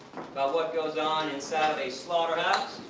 about what goes on inside of a slaughterhouse.